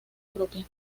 propia